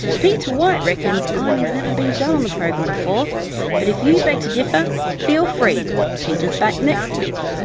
peter white reckons ah ironing's never been done on the programme before but if you beg to differ feel free peter's back next week.